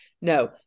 No